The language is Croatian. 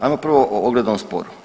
Ajmo prvo o oglednom sporu.